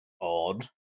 odd